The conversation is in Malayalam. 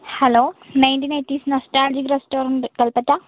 hello ninety eighties nostalgic restaurant Kalpetta